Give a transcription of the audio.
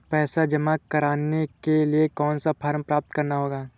पैसा जमा करने के लिए कौन सा फॉर्म प्राप्त करना होगा?